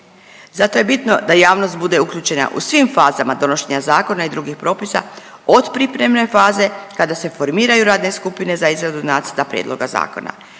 Zato je bitno da javnost bude uključena u svim fazama donošenja zakona i drugih propisa od pripremne faze kada se formiraju radne skupine za izradu Nacrta prijedloga zakona.